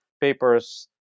papers